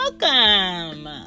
Welcome